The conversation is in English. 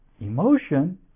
Emotion